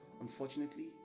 Unfortunately